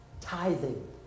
Tithing